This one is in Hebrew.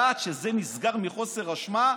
לקינוח: אני רוצה לדעת שזה נסגר מחוסר אשמה,